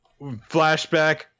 flashback